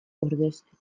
ordeztu